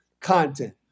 content